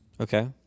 Okay